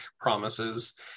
promises